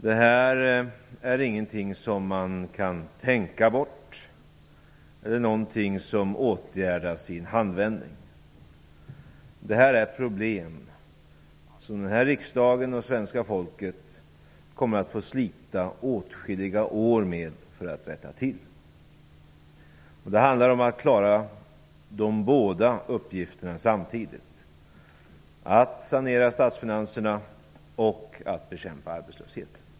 Detta är ingenting man kan tänka bort, eller som åtgärdas i en handvändning. Det här är problem som riksdagen och svenska folket kommer att få slita åtskilliga år med för att rätta till. Det handlar om att klara båda uppgifterna samtidigt: att sanera statsfinanserna och att bekämpa arbetslösheten.